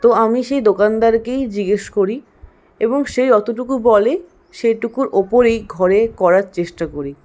তো আমি সেই দোকানদারকেই জিজ্ঞেস করি এবং সে যতটুকু বলে সেটুকুর ওপরেই ঘরে করার চেষ্টা করি